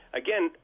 again